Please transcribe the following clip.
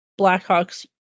Blackhawks